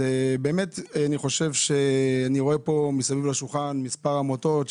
אני רואה פה מסביב לשולחן מספר עמותות.